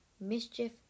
Mischief